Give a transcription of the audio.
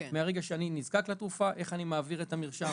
מרגע שאני נזקק לתרופה איך אני מעביר את המרשם